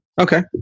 Okay